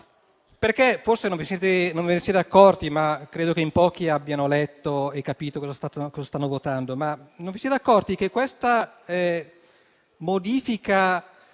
Forse non ve ne siete accorti, credo che in pochi abbiano letto e capito cosa stanno votando. Non vi siete accorti che questa modifica